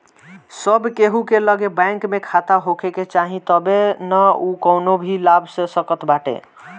सब केहू के लगे बैंक में खाता होखे के चाही तबे नअ उ कवनो भी लाभ ले सकत बाटे